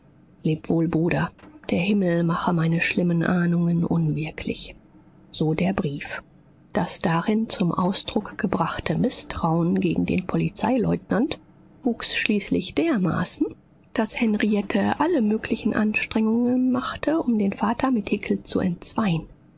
leb wohl bruder der himmel mache meine schlimmen ahnungen unwirklich so der brief das darin zum ausdruck gebrachte mißtrauen gegen den polizeileutnant wuchs schließlich dermaßen daß henriette alle möglichen anstrengungen machte um den vater mit hickel zu entzweien